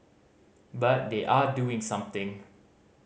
but they are doing something